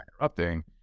interrupting